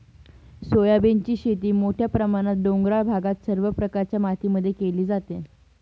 सोयाबीनची शेती मोठ्या प्रमाणात डोंगराळ भागात सर्व प्रकारच्या मातीमध्ये केली जाते